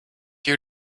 you